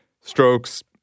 strokes